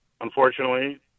unfortunately